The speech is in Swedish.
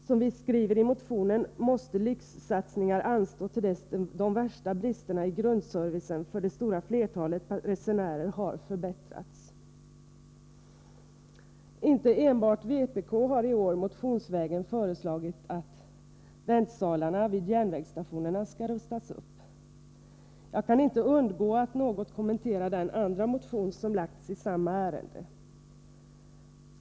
Som vi skriver i motionen måste lyxsatsningar anstå till dess de värsta bristerna i grundservicen för det stora flertalet resenärer har förbättrats. Inte enbart vpk har i år motionsvägen föreslagit att väntsalarna vid järnvägsstationerna skall rustas upp. Jag kan inte undgå att något kommentera den andra motion som väckts i samma ärende.